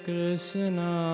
Krishna